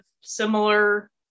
similar